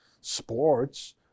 sports